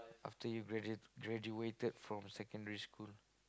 after you graduated graduated from secondary school